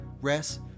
rest